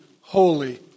holy